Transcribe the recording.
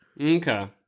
Okay